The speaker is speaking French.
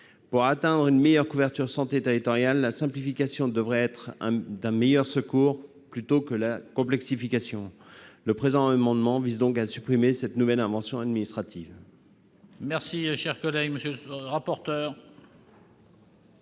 Pour atteindre une meilleure couverture territoriale en matière de santé, la simplification devrait être d'un meilleur secours que la complexification. Cet amendement vise donc à supprimer cette nouvelle invention administrative.